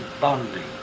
bonding